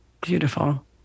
Beautiful